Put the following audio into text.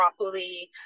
properly